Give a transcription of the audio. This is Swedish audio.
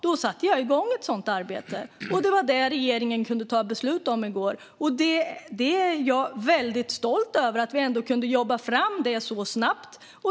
Då satte jag igång ett sådant arbete, och det var detta regeringen kunde fatta beslut om i går. Jag är väldigt stolt över att vi kunde jobba fram det så snabbt.